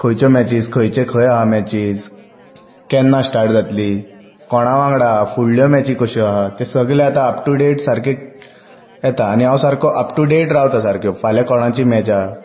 खंयच्यो मॅचीस खंयचे खंय हा मॅचीस केन्ना स्टार्ट जातली कोणा वांगडा हा फुडल्यो मॅची कश्यो हा ते सगलें आतां अप टू डेट सारकें येता आनी हांव सारको अप टू डेट रावता सारक्यो फाल्यां कोणाची मॅच हा